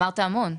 אמרת המון.